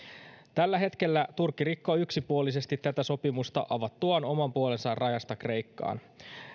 tällä hetkellä turkki rikkoo yksipuolisesti tätä sopimusta avattuaan oman puolensa rajasta kreikkaan